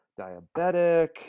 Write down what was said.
diabetic